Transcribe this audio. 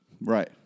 Right